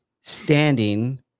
standing